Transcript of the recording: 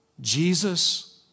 Jesus